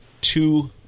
two